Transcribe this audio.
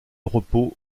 repos